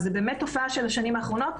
זו באמת תופעה של השנים האחרונות,